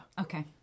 okay